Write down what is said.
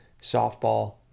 softball